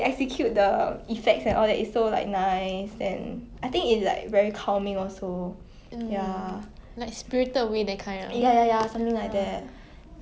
有些戏 right is really like for certain age group but for animation 你几岁你都可以看 even though 你比较老了 maybe people will judge you a bit but at the end of the day